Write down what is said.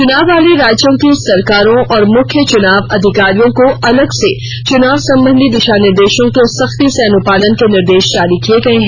चुनाव वाले राज्यों की सरकारों और मुख्य चुनाव अधिकारियों को अलग से चुनाव संबंधी दिशा निर्देशों के संख्ती से अनुपालन के निर्देश जारी किये गये हैं